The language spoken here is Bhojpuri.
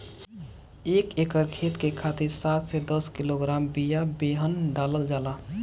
एक एकर खेत के खातिर सात से दस किलोग्राम बिया बेहन डालल जाला?